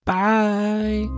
Bye